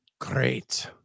great